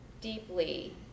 deeply